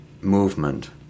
movement